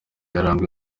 yaranzwe